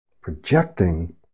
projecting